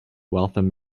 waltham